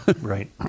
Right